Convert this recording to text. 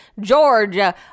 Georgia